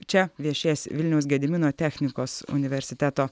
čia viešės vilniaus gedimino technikos universiteto